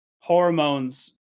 Hormones